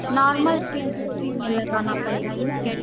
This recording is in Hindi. नॉर्मल में लगाना पड़ेगा यही न